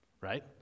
right